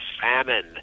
famine